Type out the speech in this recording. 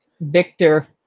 Victor